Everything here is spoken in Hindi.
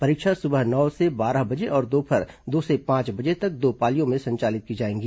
परीक्षा सुबह नौ से बारह बजे और दोपहर दो से पांच बजे तक दो पालियों में संचालित की जाएगी